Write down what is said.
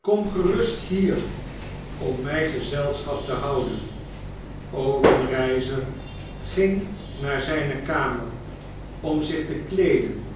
kom gerust hier om mij gezelschap te houden obenreizer ging naar zyne kamer om zich te kleeden